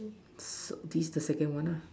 so this the second one nah